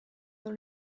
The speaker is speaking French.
dans